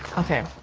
okay,